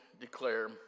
declare